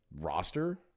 roster